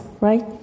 right